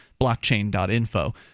blockchain.info